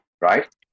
right